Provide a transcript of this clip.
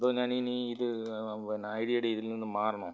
അതോ ഞാൻ ഇനി ഇതി ഇത് പിന്നെ ഐഡിയേടെ ഇതിൽ നിന്നും മാറണോ